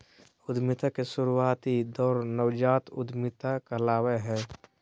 उद्यमिता के शुरुआती दौर नवजात उधमिता कहलावय हय